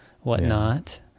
whatnot